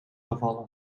gevallen